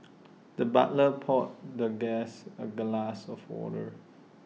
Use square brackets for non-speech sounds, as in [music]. [noise] the butler poured the guest A glass of water